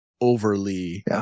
overly